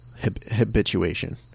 habituation